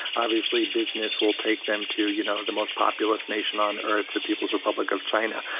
obviously business will take them to you know the most populous nation on earth, the people's republic of china.